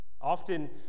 Often